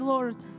Lord